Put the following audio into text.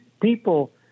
people